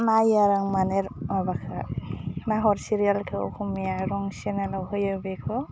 नायो आरो आं मानि माबाखौ नाहर सिरियालखौ अखमिया रं चेनेलाव होयो बेखौ